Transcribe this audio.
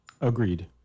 Agreed